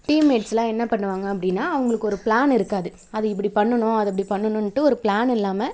டீம்மேட்ஸ்லாம் என்ன பண்ணுவாங்கள் அப்படின்னா அவங்களுக்கு ஒரு பிளான் இருக்காது அது இப்படி பண்ணணும் அதை அப்படி பண்ணணுன்ட்டு ஒரு பிளான் இல்லாமல்